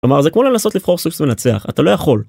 כלומר זה כמו לנסות לבחור סוס מנצח, אתה לא יכול.